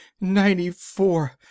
ninety-four